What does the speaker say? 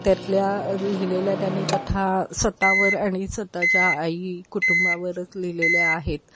त्यातल्या लिहिलेल्या त्यानी कथा स्वतःवर आणि स्वतःच्या आई कुटुंबावरच लिहिलेल्या आहेत